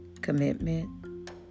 commitment